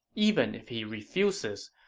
even if he refuses,